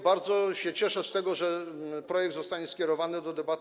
Bardzo się cieszę z tego, że projekt zostanie skierowany do debaty.